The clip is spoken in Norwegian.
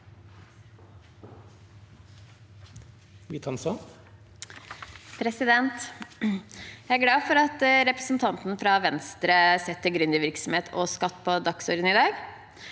Jeg er glad represen- tanten fra Venstre setter gründervirksomhet og skatt på dagsordenen i dag.